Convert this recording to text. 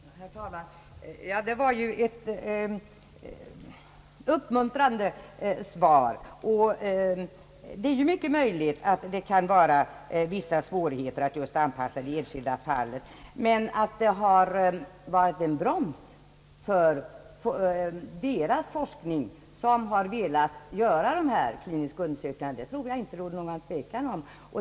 Herr talman! Det var ju ett uppmuntrande besked, och det är mycket möjligt att det kan vara vissa svårigheter att anpassa föreskrifterna just i det enskilda fallet. Men att det har utgjort en broms för deras forskning som har velat göra dessa kliniska undersökningar, tror jag inte att det råder någon tvekan om.